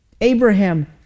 Abraham